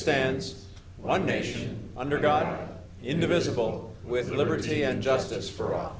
stands one nation under god indivisible with liberty and justice for